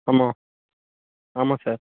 ஆமாம் ஆமாம் சார்